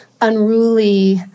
unruly